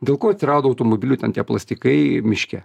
dėl ko atsirado automobilių ten tie plastikai miške